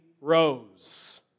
rose